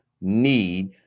need